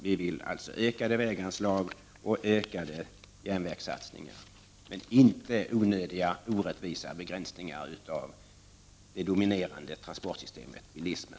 Vi vill ha ökade väganslag och ökade järnvägssatsningar men inte onödiga och orättvisa begränsningar av det dominerande transportsystemet, nämligen bilismen.